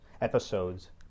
episodes